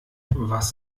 was